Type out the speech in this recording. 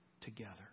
together